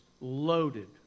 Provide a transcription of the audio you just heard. loaded